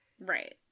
Right